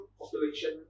population